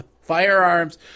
Firearms